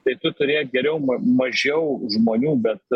tai tu turėk geriau ma mažiau žmonių bet